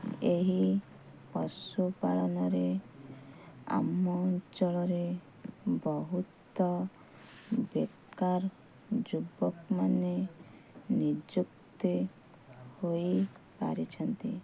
ଏହି ପଶୁ ପାଳନରେ ଆମ ଅଞ୍ଚଳରେ ବହୁତ ବେକାର ଯୁବକମାନେ ନିଯୁକ୍ତି ହୋଇପାରିଛନ୍ତି